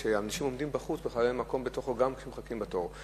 ואנשים עומדים בחוץ כי אין מקום בתוכו גם כשמחכים בתור.